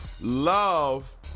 love